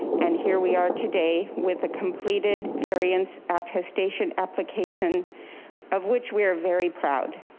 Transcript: and here we are today with a completed variance attestation application of which we are very proud.